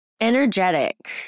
energetic